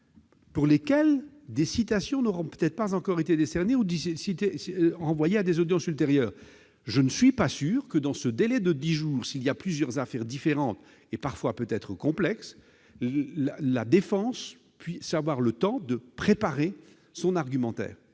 pour lesquelles des citations n'auront peut-être pas encore été décernées ou renvoyées à des audiences ultérieures. Je ne suis pas sûr que, dans ce délai de dix jours, s'il y a plusieurs affaires différentes et parfois peut-être complexes, la défense ait le temps de préparer son argumentaire.